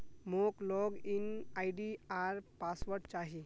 मोक log in ID आर password चाहि